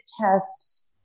tests